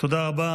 תודה רבה.